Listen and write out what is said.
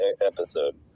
episode